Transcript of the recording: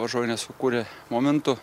varžovai nesukūrė momentų